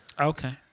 Okay